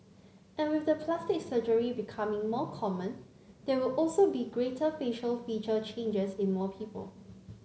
and with the plastic surgery becoming more common there will also be greater facial feature changes in more people